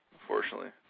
unfortunately